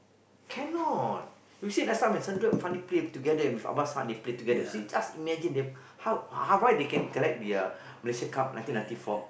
cannot you see last time when Sundram and Fandi play together and with Abbas-Saad they play together you see just imagine they how why they can collect the Malaysian Cup nineteen ninety four